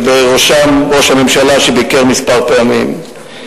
ובראשם ראש הממשלה שביקר מספר פעמים.